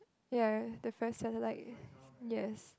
ya the first satellite yes